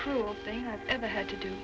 cruel thing i've ever had to do